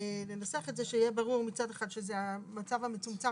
ננסח את זה שיהיה ברור מצד אחד שזה המצב המצומצם